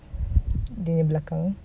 dia belakang